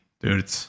dude